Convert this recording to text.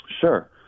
Sure